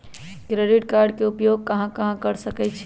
Credit card के उपयोग कहां कहां कर सकईछी?